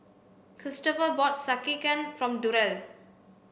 Cristopher bought Sekihan for Durell